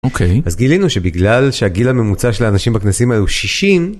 אוקיי. אז גילינו שבגלל שהגיל הממוצע של האנשים בכנסים האלו הוא 60.